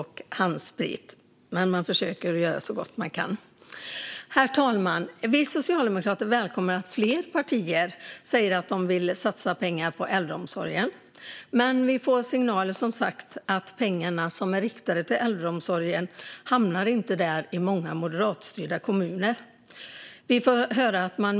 Herr talman! Vi socialdemokrater välkomnar att fler partier säger att de vill satsa pengar på äldreomsorgen. Vi får dock signaler om att i många moderatstyrda kommuner hamnar inte de pengar som är riktade till äldreomsorgen där.